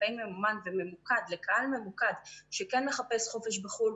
בקמפיין ממומן וממוקד לקהל ממוקד שכן מחפש חופש בחו"ל,